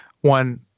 one